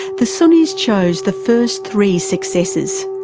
the sunnis chose the first three successors,